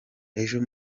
ejo